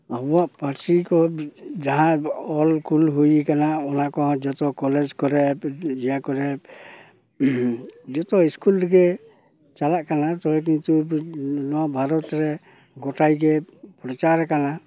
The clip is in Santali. ᱟᱵᱚᱣᱟᱜ ᱯᱟᱹᱨᱥᱤᱠᱚ ᱡᱟᱦᱟᱸ ᱚᱞ ᱠᱩᱞ ᱦᱩᱭ ᱟᱠᱟᱱᱟ ᱚᱱᱟᱠᱚ ᱦᱚᱸ ᱡᱚᱛᱚ ᱠᱚᱞᱮᱡᱽ ᱠᱚᱨᱮ ᱤᱭᱟᱹ ᱠᱚᱨᱮ ᱡᱚᱛᱚ ᱤᱥᱠᱩᱞ ᱨᱮᱜᱮ ᱪᱟᱞᱟᱜ ᱠᱟᱱᱟ ᱛᱚᱵᱮ ᱠᱤᱪᱷᱩ ᱱᱚᱣᱟ ᱵᱷᱟᱨᱚᱛᱨᱮ ᱜᱚᱴᱟᱜᱮ ᱯᱨᱚᱪᱟᱨ ᱠᱟᱱᱟ